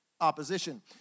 opposition